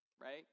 right